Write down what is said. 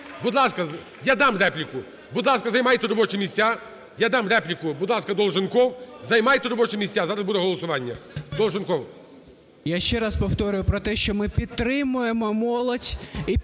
Я ще раз повторюю про те, що ми підтримуємо молодь і підтримуємо